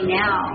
now